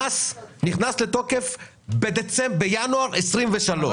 המס נכנס לתוקף בינואר 2023,